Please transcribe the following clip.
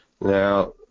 Now